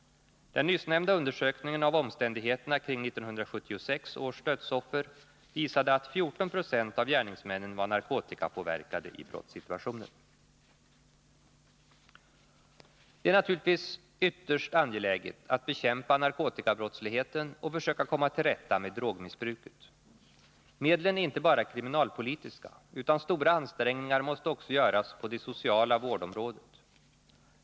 Den nyssnämnda undersökningen av omständigheterna kring 1976 års dödsoffer visade att 14 20 av gärningsmännen var narkotikapåverkade i brottssituationen. Det är naturligtvis ytterst angeläget att bekämpa narkotikabrottsligheten och försöka komma till rätta med drogmissbruket. Medlen är inte bara kriminalpolitiska, utan stora ansträngningar måste också göras på det sociala vårdområdet.